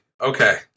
Okay